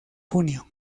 junio